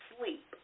sleep